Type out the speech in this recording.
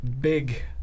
big